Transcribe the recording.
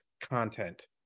content